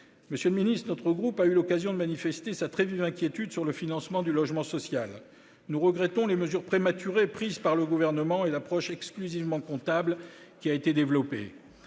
Monsieur le secrétaire d'État, notre groupe a eu l'occasion de manifester sa très vive inquiétude sur le financement du logement social. Nous regrettons les mesures prématurées prises par le Gouvernement et l'approche exclusivement comptable qui a été développée.